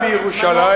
בירושלים